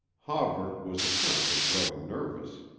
hawver was apparently growing nervous.